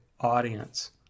audience